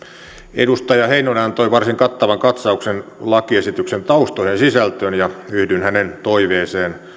edustaja heinonen antoi varsin kattavan katsauksen lakiesityksen taustojen sisältöön ja yhdyn hänen toiveeseensa